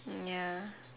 ya